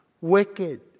wicked